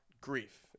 grief